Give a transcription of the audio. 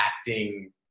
acting